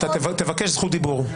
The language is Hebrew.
אתה תבקש זכות דיבור.